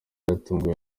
yatunguwe